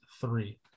three